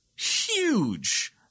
huge